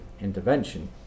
intervention